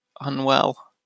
unwell